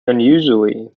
unusually